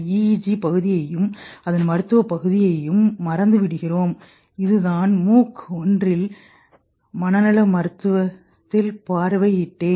EEG பகுதியையும் அதன் மருத்துவ பகுதியையும் மறந்துவிடுகிறோம் இதுநான் MOOC ஒன்றில் மனநல மருத்துவத்தில்பார்வையிட்டேன்